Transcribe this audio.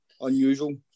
unusual